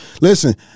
Listen